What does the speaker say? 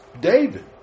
David